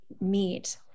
meet